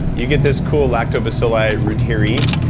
you get this cool lactobacilli reuteri,